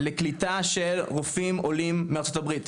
לקליטה של רופאים עולים מארצות הברית.